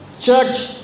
church